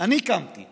אני קמתי